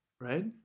right